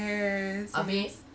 yes yes